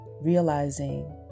realizing